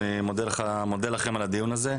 אני מודה לכם על הדיון הזה.